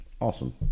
awesome